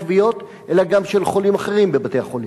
הכוויות אלא גם של חולים אחרים בבתי-החולים.